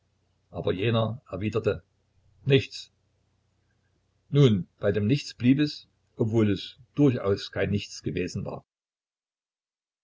aber jener erwidert nichts nun bei dem nichts blieb es obwohl es durchaus kein nichts gewesen war